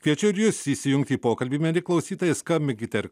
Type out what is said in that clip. kviečiu ir jus įsijungti į pokalbį mieli klausytojai skambinkite ir